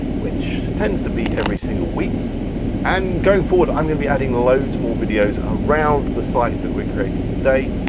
which tends to be every single week and going forward, i'm going to be adding loads more videos around the site that we're creating today,